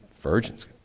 virgins